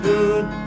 Good